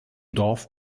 dorf